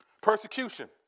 Persecution